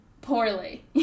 poorly